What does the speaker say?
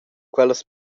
quellas